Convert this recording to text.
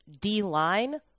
D-line